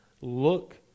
look